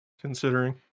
considering